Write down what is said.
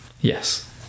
Yes